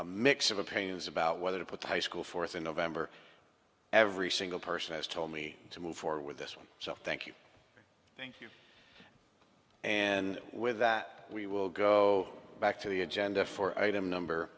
a mix of opinions about whether to put the high school forth in november every single person has told me to move forward with this one so thank you thank you and with that we will go back to the agenda for item number